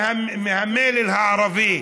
מהמלל הערבי,